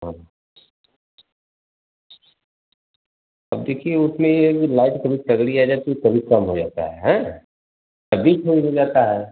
हाँ अब देखिए उसमें ये है कि लाइट कभी तगड़ी आ जाती है कभी कम हो जाता है हाँ तब भी फ्यूज हो जाता है